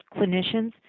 clinicians